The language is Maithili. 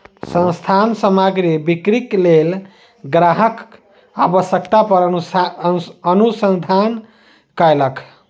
संस्थान सामग्री बिक्रीक लेल ग्राहकक आवश्यकता पर अनुसंधान कयलक